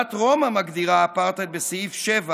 אמנת רומא מגדירה אפרטהייד בסעיף 7,